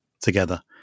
together